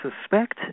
suspect